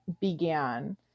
began